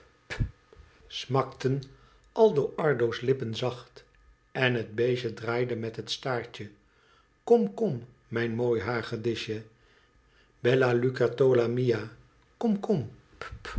smakten aldo ardo's lippen zacht en het beestje draaide met het staartje kom kom mijn mooi hagedisje bella lucertola mia kom kom